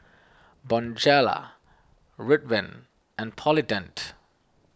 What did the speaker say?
Bonjela Ridwind and Polident